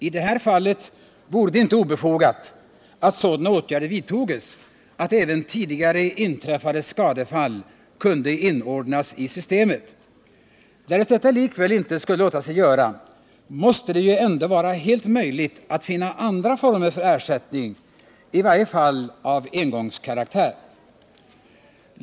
I det här fallet vore det inte obefogat att sådana åtgärder vidtogs att även tidigare inträffade skadefall kunde inordnas i systemet. Därest detta likväl inte skulle låta sig göra, måste det ju ändå vara helt möjligt att finna andra former för ersättning — i varje fall av engångskaraktär.